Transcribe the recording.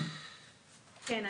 בבקשה.